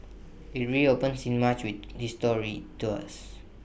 IT reopens in March with history tours